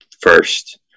first